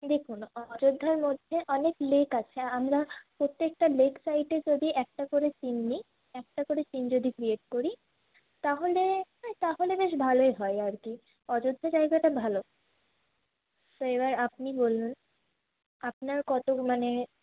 দেখুন অযোধ্যার মধ্যে অনেক লেক আছে আমরা প্রত্যেকটা লেক সাইটে যদি একটা করে সীন নিই একটা করে সীন যদি ক্রিয়েট করি তাহলে হ্যাঁ তাহলে বেশ ভালোই হয় আর কী অযোধ্যা জায়গাটা ভালো তো এইবার আপনি বলুন আপনার কত মানে